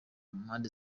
mpande